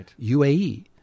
UAE